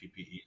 PPE